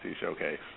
Showcase